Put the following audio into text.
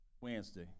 Wednesday